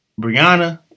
Brianna